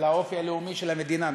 את האופי הלאומי של המדינה.